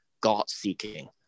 God-seeking